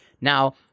Now